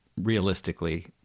realistically